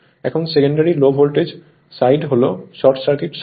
এখানে secondary low voltage side হল short circuit side